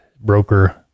Broker